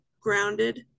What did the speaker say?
grounded